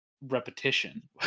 repetition